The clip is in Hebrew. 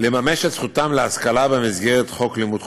לממש את זכותם להשכלה במסגרת חוק לימוד חובה.